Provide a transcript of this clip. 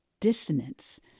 dissonance